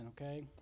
okay